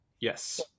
Yes